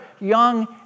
young